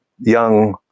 young